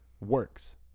works